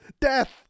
Death